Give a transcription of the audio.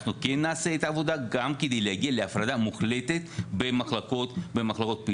אנחנו כן נעשה את העבודה גם כדי להגיע להפרדה מוחלטת במחלקות הסגורות.